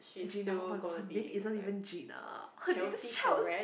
Gina oh-my-god her name isn't even Gina her name is Chels